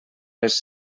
les